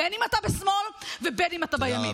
בין שאתה בשמאל ובין שאתה בימין.